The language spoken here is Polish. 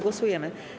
Głosujemy.